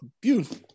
beautiful